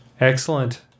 Excellent